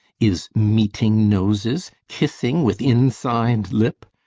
is meeting noses? kissing with inside lip?